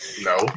No